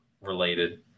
related